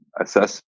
assess